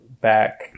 back